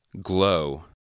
Glow